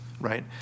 right